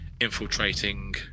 infiltrating